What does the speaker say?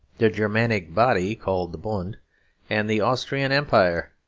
the germanic body called the bund and the austrian empire.